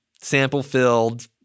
sample-filled